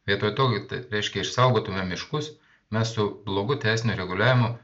vietoj to gi tai reiškia išsaugotume miškus mes su blogu teisiniu reguliavimu